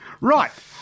Right